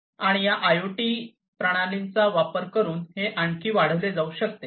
आणि या आयओटी प्रणालींचा अवलंब करून हे आणखी वाढविले जाऊ शकते